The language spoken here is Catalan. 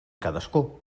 cadascú